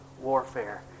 warfare